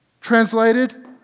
translated